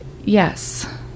Yes